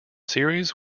series